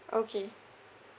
okay